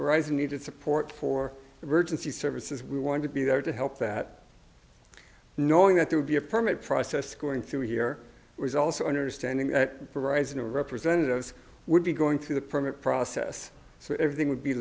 rising needed support for emergency services we wanted to be there to help that knowing that there would be a permit process going through here was also understanding that the arising of representatives would be going through the permit process so everything would be